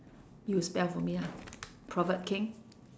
you spell for me ah proverb king